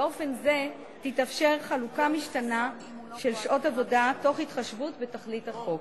באופן זה תתאפשר חלוקה משתנה של שעות עבודה תוך התחשבות בתכלית החוק.